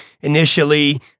initially